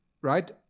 right